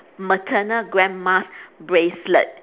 maternal grandma's bracelet